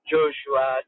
Joshua